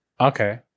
Okay